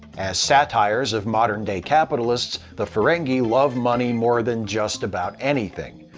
as satires of modern day capitalists, the ferengi love money more than just about anything.